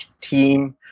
team